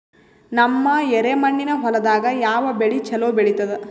ನಮ್ಮ ಎರೆಮಣ್ಣಿನ ಹೊಲದಾಗ ಯಾವ ಬೆಳಿ ಚಲೋ ಬೆಳಿತದ?